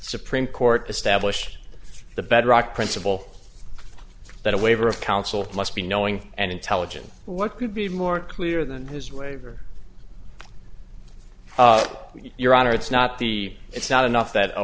supreme court establish the bedrock principle that a waiver of counsel must be knowing and intelligent what could be more clear than his waiver of your honor it's not the it's not enough that a